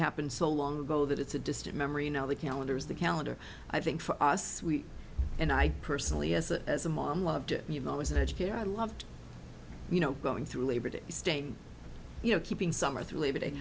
happened so long ago that it's a distant memory now the calendar is the calendar i think for us we and i personally as a as a mom loved it you know it was an educator i loved you know going through labor day state you know keeping summer through labor day